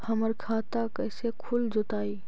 हमर खाता कैसे खुल जोताई?